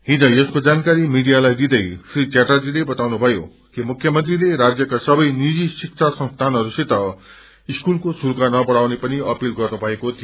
हिज यसको जानकारी मीडियालाई दिदै श्री चटर्जीले क्ताउनुश्लयो कि मुख्यमंत्रीले राज्यक सबै निजी शिब्रा संसीनहरूसित स्कूलको शुल्क नवढाउने पनि अपील गर्नुभएको थियो